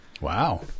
Wow